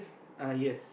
uh yes